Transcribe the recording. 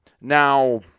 Now